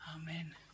Amen